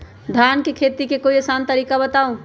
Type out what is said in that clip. धान के खेती के कोई आसान तरिका बताउ?